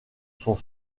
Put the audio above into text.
sont